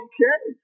Okay